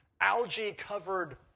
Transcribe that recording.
algae-covered